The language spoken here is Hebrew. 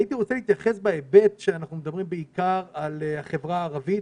הייתי רוצה להתייחס בהיבט של החברה הערבית